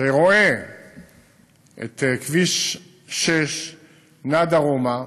שרואה את כביש 6 נע דרומה,